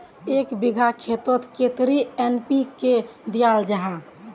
एक बिगहा खेतोत कतेरी एन.पी.के दियाल जहा?